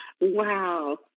Wow